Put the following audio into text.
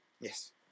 yes